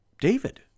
David